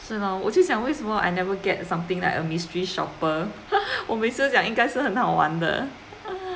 是 lor 我就想为什么 I never get something like a mystery shopper 我每次讲应该是很好玩的